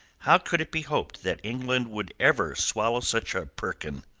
how could it be hoped that england would ever swallow such a perkin?